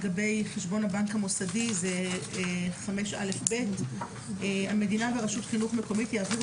לגבי חשבון הבנק המוסדי: "המדינה ורשות החינוך המקומית יעבירו